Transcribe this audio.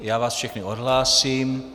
Já vás všechny odhlásím.